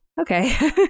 Okay